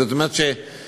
זאת אומרת שאם,